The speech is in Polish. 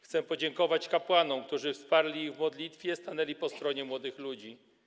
Chcę podziękować kapłanom, którzy wsparli ich w modlitwie, stanęli po stronie młodych ludzi.